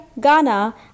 Ghana